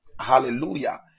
Hallelujah